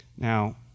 Now